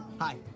Hi